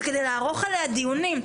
וכדי לערוך עליה דיונים.